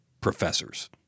professors